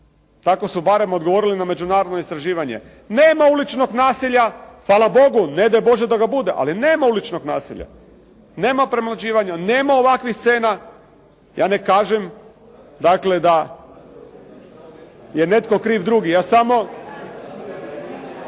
Tako su barem odgovorili na međunarodno istraživanje. Nema uličnog nasilja, fala Bogu, ne daj Bože da ga bude, ali nema uličnog nasilja. Nema premlaćivanja, nema ovakvih scena. Ja ne kažem dakle da je netko kriv drugi, ja samo